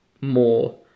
more